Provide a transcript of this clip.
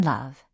Love